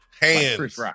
hands